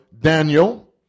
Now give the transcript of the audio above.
Daniel